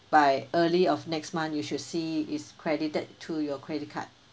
by early of next month you should see is credited to your credit card